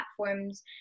platforms